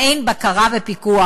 מעין בקרה ופיקוח,